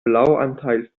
blauanteil